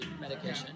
medication